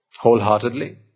wholeheartedly